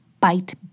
Bite